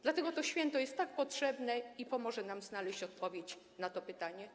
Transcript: Dlatego to święto jest tak potrzebne i pomoże nam ono znaleźć odpowiedź na to pytanie.